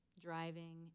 driving